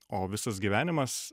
o visas gyvenimas